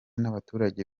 n’abaturage